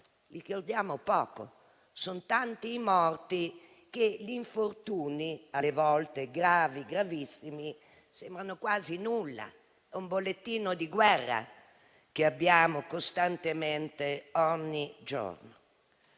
ricordiamo poco perché sono tanti i morti che gli infortuni, alle volte gravi e gravissimi, sembrano quasi nulla. È un bollettino di guerra che abbiamo costantemente ogni giorno.